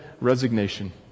resignation